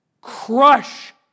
crush